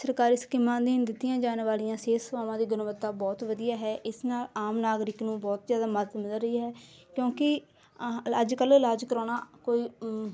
ਸਰਕਾਰੀ ਸਕੀਮਾਂ ਅਧੀਨ ਦਿੱਤੀਆਂ ਜਾਣ ਵਾਲੀਆਂ ਸਿਹਤ ਸੇਵਾਵਾਂ ਦੀ ਗੁਣਵੱਤਾ ਬਹੁਤ ਵਧੀਆ ਹੈ ਇਸ ਨਾਲ ਆਮ ਨਾਗਰਿਕ ਨੂੰ ਬਹੁਤ ਜ਼ਿਆਦਾ ਮਦਦ ਮਿਲ ਰਹੀ ਹੈ ਕਿਉਂਕਿ ਅੱਜ ਕੱਲ੍ਹ ਇਲਾਜ ਕਰਾਉਣਾ ਕੋਈ